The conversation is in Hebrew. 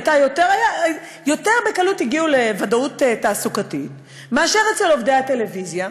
הם הגיעו לוודאות תעסוקתית יותר בקלות מאשר עובדי הטלוויזיה.